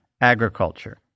agriculture